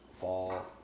fall